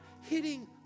hitting